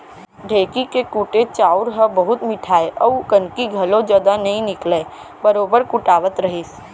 ढेंकी के कुटे चाँउर ह बहुत मिठाय अउ कनकी घलौ जदा नइ निकलय बरोबर कुटावत रहिस